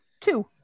two